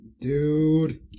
Dude